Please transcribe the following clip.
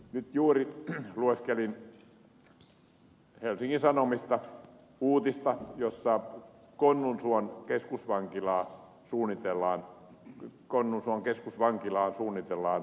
nyt juuri lueskelin helsingin sanomista uutista jossa konnunsuon keskusvankilaan suunnitellaan pakolaiskeskusta